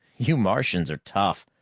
you martians are tough.